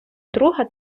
друга